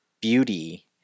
beauty